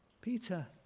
Peter